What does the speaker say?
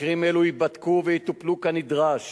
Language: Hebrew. מקרים אלה ייבדקו ויטופלו כנדרש